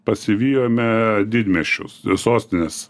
pasivijome didmiesčius sostinės